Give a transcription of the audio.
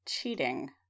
cheating